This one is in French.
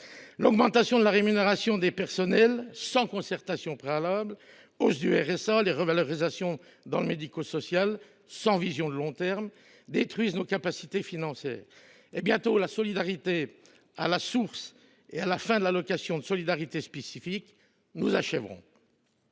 l’augmentation de la rémunération du personnel – sans concertation préalable –, la hausse du RSA et les revalorisations dans le médico social – sans vision de long terme – détruisent nos capacités financières. Bientôt, la solidarité à la source et la fin de l’allocation de solidarité spécifique nous achèveront.